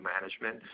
management